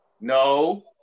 No